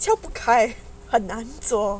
这样很难做